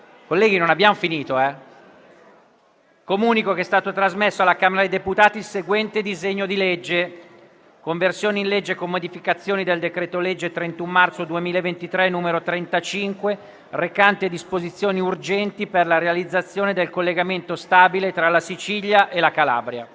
apre una nuova finestra"). Comunico che è stato trasmesso dalla Camera dei deputati il seguente disegno di legge: «Conversione in legge, con modificazioni, del decreto-legge 31 marzo 2023, n. 35, recante disposizioni urgenti per la realizzazione del collegamento stabile tra la Sicilia e la Calabria»